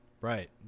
Right